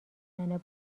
زنه